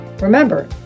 Remember